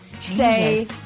Say